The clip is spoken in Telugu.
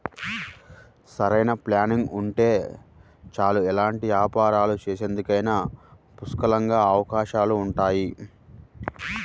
సరైన ప్లానింగ్ ఉంటే చాలు ఎలాంటి వ్యాపారాలు చేసేందుకైనా పుష్కలంగా అవకాశాలుంటాయి